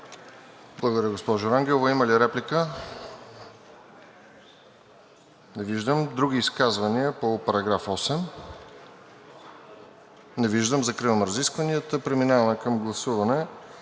Благодаря, госпожо Рангелова. Има ли реплика? Не виждам. Други изказвания по § 8? Не виждам. Закривам разискванията. Преминаваме към гласуване